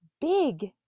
big